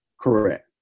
Correct